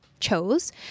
chose